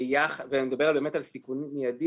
ואני מדבר באמת על סיכון מיידי.